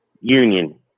Union